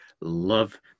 love